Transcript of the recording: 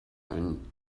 ein